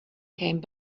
came